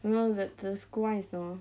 you know that the school is the